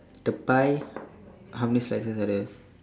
the pie how many slices are there